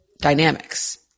dynamics